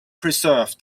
preserved